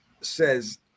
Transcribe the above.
says